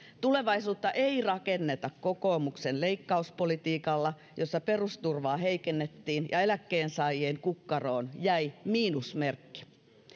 tulevaisuutta ei rakenneta kokoomuksen leikkauspolitiikalla jossa perusturvaa heikennettiin ja eläkkeensaajien kukkaroon jäi miinusmerkki